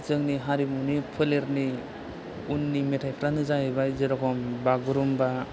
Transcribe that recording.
जोंनि हारिमुनि फोलेरनि उननि मेथाइफ्रानो जाहैबाय जेर'खम बागुरुमबा